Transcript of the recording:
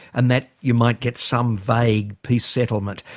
and that you might get some vague peace settlement.